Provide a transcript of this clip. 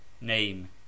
name